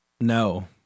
No